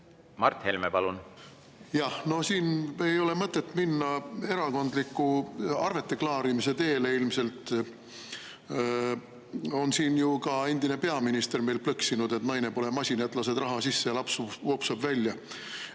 Mart Helme, palun! No siin ei ole ilmselt mõtet minna erakondliku arveteklaarimise teed. On siin ju ka endine peaminister meil plõksinud, et naine pole masin, et lased raha sisse ja laps vupsab välja.